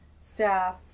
Staff